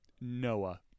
Noah